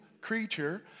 creature